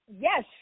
yes